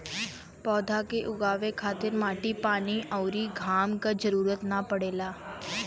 पौधा के उगावे खातिर माटी पानी अउरी घाम क जरुरत ना पड़ेला